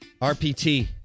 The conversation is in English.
RPT